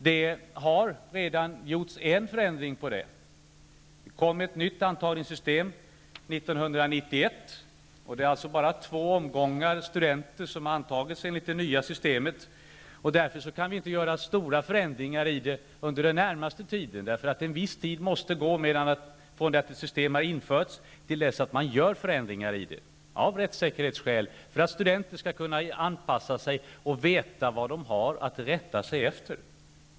Det har redan gjorts en förändring av detta. Det kom ett nytt antagningssystem 1991, och det är alltså bara två omgångar studenter som har antagits enligt det nya systemet. Vi kan därför inte göra stora förändringar i systemet under den närmaste tiden, eftersom en viss tid måste gå från det att ett system har införts till dess att man gör förändringar i det. Detta har sin grund i rättssäkerhetsskäl, för att studenter skall kunna anpassa sig och veta vad de har att rätta sig efter.